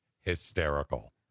hysterical